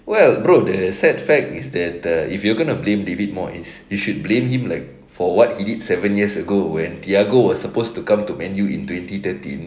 well bro the sad fact is that the if you were gonna blame david moyes you should blame him like for what he did seven years ago when thiago was supposed to come to man U in twenty thirteen